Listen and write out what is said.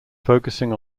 focusing